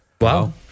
Wow